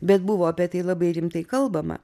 bet buvo apie tai labai rimtai kalbama